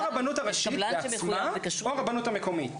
הרבנות הראשית בעצמה או הרבנות המקומית.